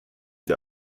der